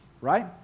right